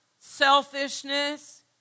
selfishness